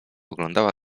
oglądała